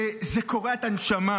וזה קורע את הנשמה,